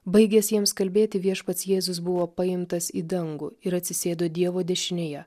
baigęs jiems kalbėti viešpats jėzus buvo paimtas į dangų ir atsisėdo dievo dešinėje